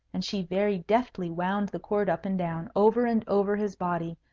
and she very deftly wound the cord up and down, over and over his body,